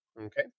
Okay